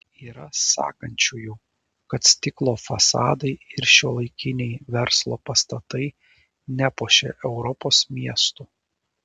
yra sakančiųjų kad stiklo fasadai ir šiuolaikiniai verslo pastatai nepuošia europos miestų